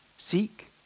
Seek